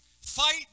Fight